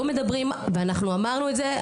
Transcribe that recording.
אנחנו אמרנו את זה,